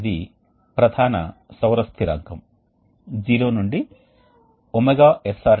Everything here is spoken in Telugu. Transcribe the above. ఇది ఒక సాధారణ వేస్ట్ హీట్ బాయిలర్ ఇది ఒక రకమైన రికపరేటర్ కానీ మేము దీనిని వేస్ట్ హీట్ బాయిలర్ అని పిలుస్తున్నప్పటికీ మేము దానిని కాల్చలేదు